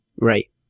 Right